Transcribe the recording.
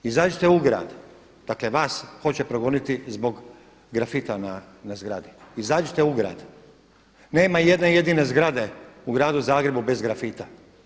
I zaista je u grad, dakle vas hoće progoniti zbog grafita na zgradi, izađite u gradu, nema jedne jedine zgrade u Gradu Zagrebu bez grafita.